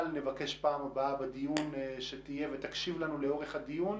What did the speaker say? נבקש שבפעם הבאה תהיה בדיון ותקשיב לנו לאורך הדיון,